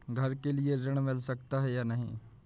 घर के लिए ऋण मिल सकता है या नहीं?